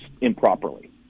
improperly